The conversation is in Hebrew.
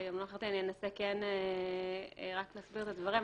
אני אנסה להסביר את הדברים .